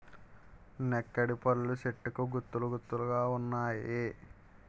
నెక్కిడిపళ్ళు చెట్టుకు గుత్తులు గుత్తులు గావున్నాయి